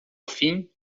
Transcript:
fim